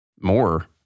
more